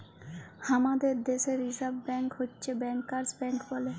হামাদের দ্যাশে reserve bank হচ্ছ ব্যাংকার্স ব্যাঙ্ক বলে